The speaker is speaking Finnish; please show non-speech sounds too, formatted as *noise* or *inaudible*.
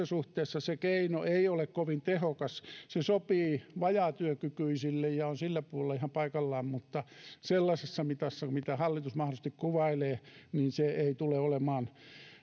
*unintelligible* suhteessa se keino ei ole kovin tehokas se sopii vajaatyökykyisille ja on sillä puolella ihan paikallaan mutta sellaisessa mitassa mitä hallitus mahdollisesti kuvailee se ei tule olemaan